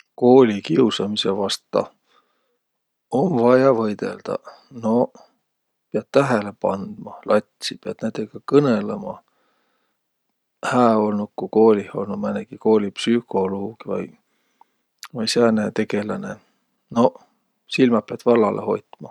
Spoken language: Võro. Koolikiusamisõ vasta? Om vaia võidõldaq. Noq, piät tähele pandma latsi, piät näidega kõnõlõma. Hää olnuq, ku koolih olnuq määnegi koolipsükoluug vai, vai sääne tegeläne. Noq, silmäq piät vallalõ hoitma.